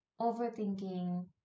overthinking